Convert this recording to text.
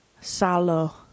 Salo